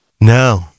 No